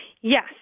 Yes